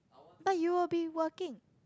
but you will be working